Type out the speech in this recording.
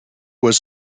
was